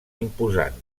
imposant